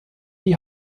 die